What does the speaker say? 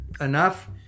enough